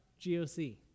GOC